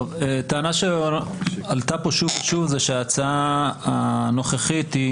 טענה שעלתה כאן שוב ושוב היא שההצעה הנוכחית היא